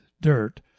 dirt